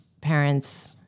parents